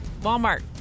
Walmart